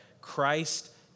Christ